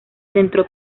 centró